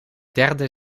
derde